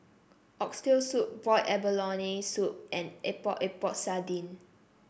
Oxtail Soup Boiled Abalone Soup and Epok Epok Sardin